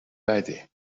بده